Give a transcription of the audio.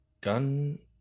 gun